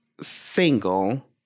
single